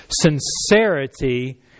sincerity